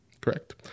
Correct